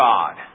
God